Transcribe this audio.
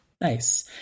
Nice